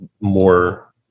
more